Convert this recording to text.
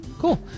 cool